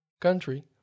country